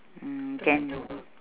mm can